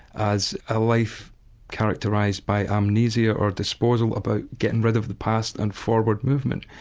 as a life characterised by amnesia or disposal about getting rid of the past and forward movement.